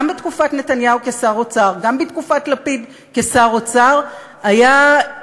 גם בתקופת נתניהו כשר אוצר וגם בתקופת לפיד כשר אוצר,